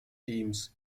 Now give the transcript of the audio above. teams